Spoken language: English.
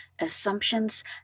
assumptions